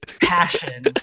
passion